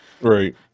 Right